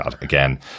again